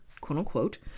quote-unquote